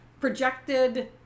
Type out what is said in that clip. projected